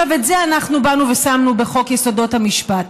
את זה אנחנו באנו ושמנו בחוק יסודות המשפט.